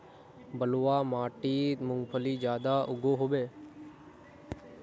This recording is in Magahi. बलवाह माटित मूंगफली ज्यादा उगो होबे?